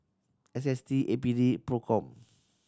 S S T A P D Procom